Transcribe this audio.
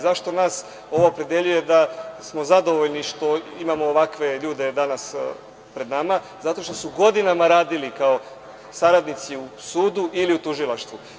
Zašto nas opredeljuje da smo zadovoljni što imamo ovakve ljude danas pred nama, zato što su godinama radili kao saradnici u sudu ili u tužilaštvu.